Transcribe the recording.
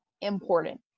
important